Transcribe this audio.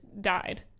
died